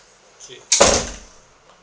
okay